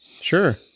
sure